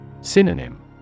Synonym